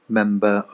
member